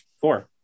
four